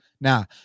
Now